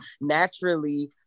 naturally